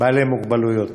עם מוגבלות.